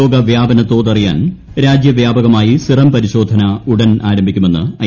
രോഗവ്യാപന തോത് അറിയാൻ രാജ്യവ്യാപകമായി സിറം പരിശോധന ഉടൻ ആരംഭിക്കുമെന്ന് ഐ